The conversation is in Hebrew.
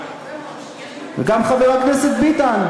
וגם חבר הכנסת ביטן,